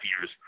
years